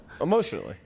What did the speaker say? emotionally